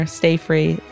stay-free